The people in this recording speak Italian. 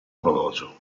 orologio